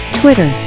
twitter